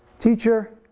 teacher,